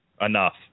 Enough